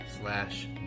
slash